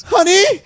Honey